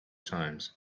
times